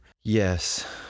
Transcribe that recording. Yes